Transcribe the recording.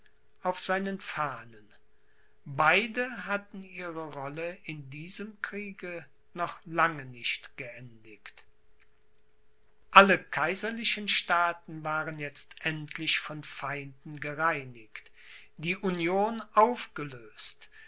auf seinen fahnen beide hatten ihre rolle in diesem kriege noch lange nicht geendigt alle kaiserlichen staaten waren jetzt endlich von feinden gereinigt die union aufgelöst